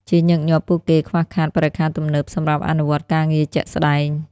ជាញឹកញាប់ពួកគេខ្វះខាតបរិក្ខារទំនើបសម្រាប់អនុវត្តការងារជាក់ស្តែង។